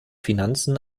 finanzen